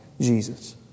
Jesus